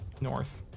North